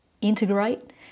integrate